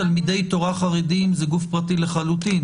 תלמידי תורה חרדיים זה גוף פרטי לחלוטין,